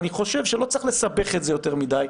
ואני חושב שלא צריך לסבך את זה יותר מדי.